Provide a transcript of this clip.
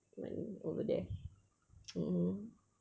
like over there mm